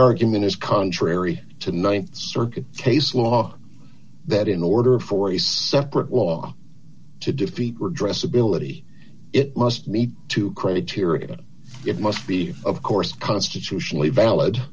argument is contrary to the th circuit case law that in order for is separate law to defeat redress ability it must meet two criteria it must be of course constitutionally valid